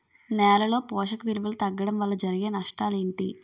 నేలలో పోషక విలువలు తగ్గడం వల్ల జరిగే నష్టాలేంటి?